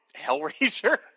Hellraiser